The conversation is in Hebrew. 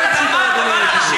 לאיזו תשובה אתה מצפה?